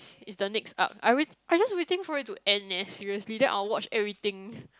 is the next up I will I just waiting for it to end leh seriously then I'll watch everything